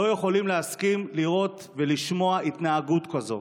לא יכולים להסכים לראות ולשמוע התנהגות כזאת.